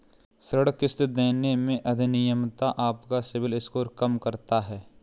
ऋण किश्त देने में अनियमितता आपका सिबिल स्कोर कम करता है